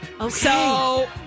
Okay